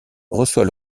reçoit